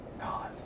God